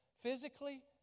physically